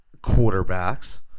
quarterbacks